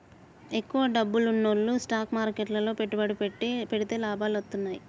ఎక్కువ డబ్బున్నోల్లు స్టాక్ మార్కెట్లు లో పెట్టుబడి పెడితే లాభాలు వత్తన్నయ్యి